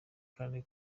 kandi